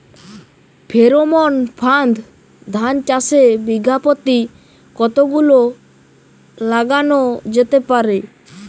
Pheromone ফাঁদ ধান চাষে বিঘা পতি কতগুলো লাগানো যেতে পারে?